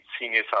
senior